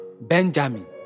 Benjamin